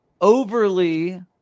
overly